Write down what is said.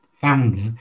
founder